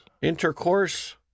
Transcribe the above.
Intercourse